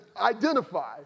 identify